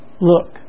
look